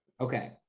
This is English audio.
Okay